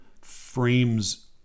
frames